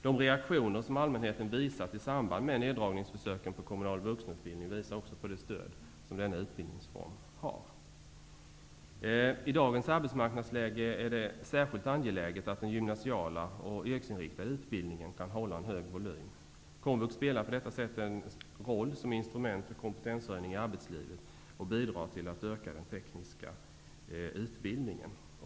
De reaktioner som allmänheten visat i samband med neddragningsförsöken på den kommunala vuxenutbildningen visar också på det stöd som denna utbildningsform har. I dagens arbetsmarknadsläge är det särskilt angeläget att den gymnasiala och yrkesinriktade vuxenutbildningen kan hålla en stor volym. Komvux spelar på detta sätt en roll som instrument för kompetenshöjning i arbetslivet och bidrar till att öka den tekniska utbildningen.